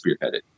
spearheaded